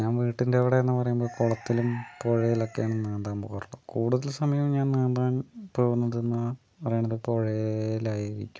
ഞാൻ വീട്ടിന്റ അവിടുന്ന് എന്ന് പറയുമ്പോൾ കുളത്തിലും പുഴയിലുമൊക്കെയാണ് നീന്താൻ പോകാറുള്ളത് കൂടുതൽ സമയവും ഞാൻ നീന്താൻ പോകുന്നതെന്ന് പറയണത് പുഴയിലായിരിക്കും